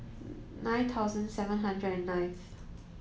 nine thousand seven hundred and ninth